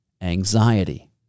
anxiety